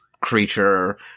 creature